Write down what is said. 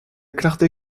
clarté